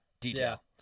detail